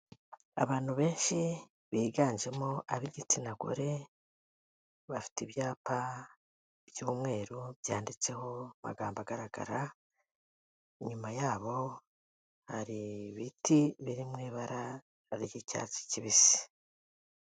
Abantu benshi biganjemo ab'igitsina gore, bafite ibyapa by'umweru byanditseho magambo agaragara, inyuma yabo, hari ibiti biri mu ibara ry'icyatsi kibisi.